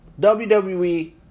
WWE